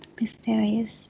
mysterious